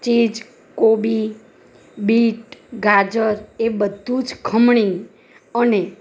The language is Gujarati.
ચીઝ કોબી બીટ ગાજર એ બધું જ ખમણી અને